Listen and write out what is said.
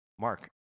mark